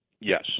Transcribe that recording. Yes